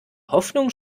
hoffnung